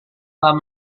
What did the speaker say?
pak